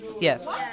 Yes